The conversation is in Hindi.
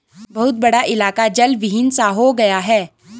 बहुत बड़ा इलाका जलविहीन सा हो गया है